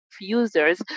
users